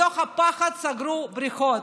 מתוך הפחד סגרו בריכות,